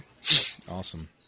awesome